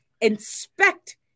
inspect